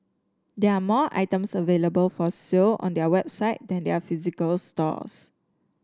there are more items available for sale on their website than their physical stores